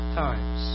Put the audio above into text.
times